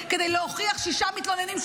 כדי להוכיח ששישה מתלוננים שקרנים,